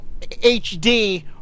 HD